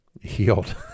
healed